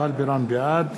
בעד